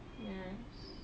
yes